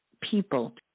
people